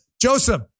Joseph